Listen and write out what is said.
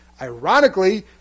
Ironically